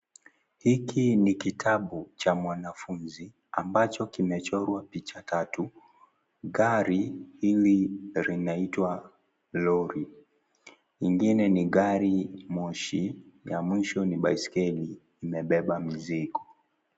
Hiki ni kitabu cha mwanafunzi ambacho kimechorwa picha tatu. Gari hili linaitwa lori, ingine ni garimoshi, ya mwisho ni baiskeli imebeba mizigo.